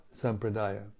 Sampradaya